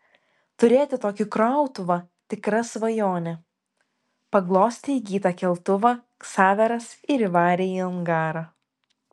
turėti tokį krautuvą tikra svajonė paglostė įgytą keltuvą ksaveras ir įvarė į angarą